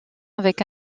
avec